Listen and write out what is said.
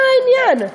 מה העניין?